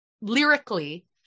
lyrically